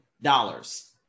dollars